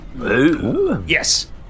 Yes